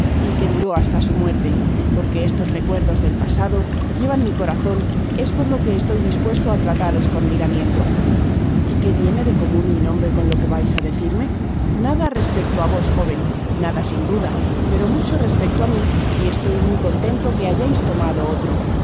y que duró hasta su muerte porque estos recuerdos del pasado llevan mi corazon es por lo que estoy dispuesto á trataros con miramiento y que tiene mi nombre de comun con lo que vais á decirme ada respecto á vos joven nada sin duda pero mucho respecto á mi y estoy muy contento que hayais tomado otro